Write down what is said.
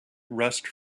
rushed